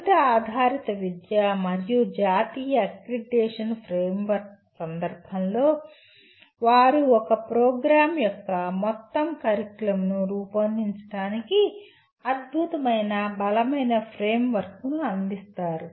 ఫలిత ఆధారిత విద్య మరియు జాతీయ అక్రిడిటేషన్ ఫ్రేమ్వర్క్ సందర్భంలో వారు ఒక ప్రోగ్రామ్ యొక్క మొత్తం కరికులంను రూపొందించడానికి అద్భుతమైన బలమైన ఫ్రేమ్వర్క్ను అందిస్తారు